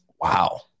Wow